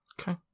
Okay